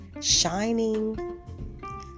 shining